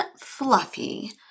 fluffy